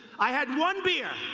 i had one beer